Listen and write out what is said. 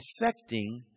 affecting